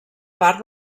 part